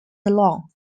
long